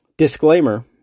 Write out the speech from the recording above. Disclaimer